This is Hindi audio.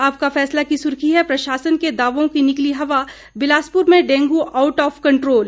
आपका फैसला की सुर्खी है प्रशासन के दावों की निकली हवा बिलासपुर में डेंगू आउट ऑफ कंट्रोल